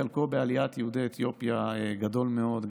חלקו בעליית יהודי אתיופיה גדול מאוד,